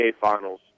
Finals